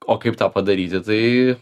o kaip tą padaryti tai